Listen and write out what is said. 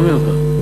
אני לא מבין אותך.